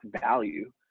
value